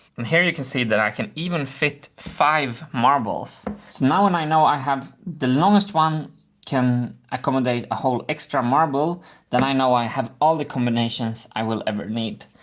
and here you can see that i can even fit five marbles. so now when um i know i have the longest one can accommodate a whole extra marble that i know i have all the combinations i will ever need.